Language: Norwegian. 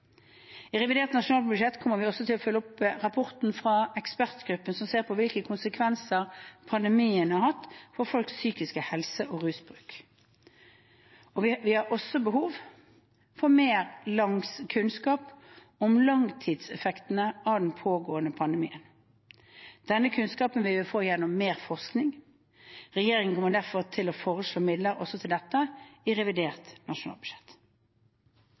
I revidert nasjonalbudsjett kommer vi også til følge opp rapporten fra ekspertgruppen som ser på hvilke konsekvenser pandemien har hatt for folks psykiske helse og rusbruk. Vi har også behov for mer kunnskap om langtidseffekter av den pågående pandemien. Den kunnskapen vil vi få gjennom mer forskning. Regjeringen kommer derfor til å foreslå midler også til dette i revidert nasjonalbudsjett.